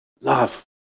love